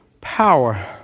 power